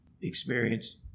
experience